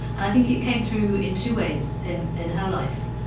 and i think it came through in two ways in in her life.